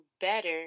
better